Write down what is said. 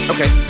Okay